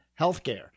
healthcare